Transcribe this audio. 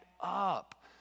up